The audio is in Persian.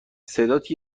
صدات